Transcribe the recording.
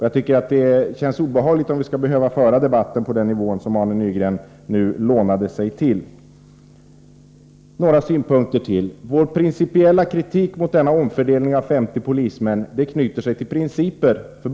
Jag tycker att det känns obehagligt att vi skall behöva föra debatten på den nivå som Arne Nygren nu lånade sig till. Några synpunkter till. Vår kritik mot omfördelning av 50 polismän knyter sig till principer.